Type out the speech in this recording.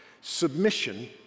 Submission